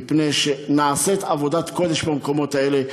מפני שנעשית עבודת קודש במקומות האלה.